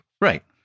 Right